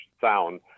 sound